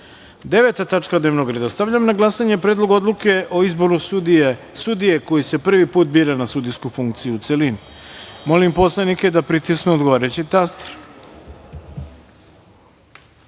odluke. Deveta tačka dnevnog reda. Stavljam na glasanje Predlog odluke o izboru sudije koji se prvi put bira na sudijsku funkciju, u celini. Molim narodne poslanike da pritisnu odgovarajući